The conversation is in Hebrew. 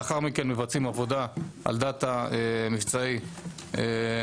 לאחר מכן מבצעים עבודה על דאטה מבצעי מתוך